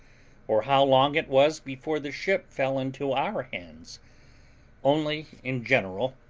or how long it was before the ship fell into our hands only, in general,